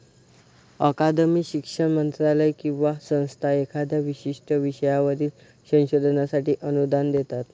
अकादमी, शिक्षण मंत्रालय किंवा संस्था एखाद्या विशिष्ट विषयावरील संशोधनासाठी अनुदान देतात